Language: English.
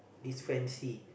it's Francis